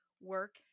work